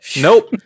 Nope